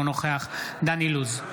אינו נוכח דן אילוז,